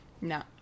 No